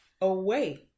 away